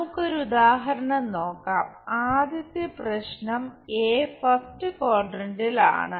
നമുക്ക് ഒരു ഉദാഹരണം നോക്കാം ആദ്യത്തെ പ്രശ്നം ഫസ്റ്റ് ക്വാഡ്രാന്റിൽ ആണ്